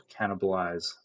cannibalize